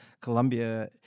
Colombia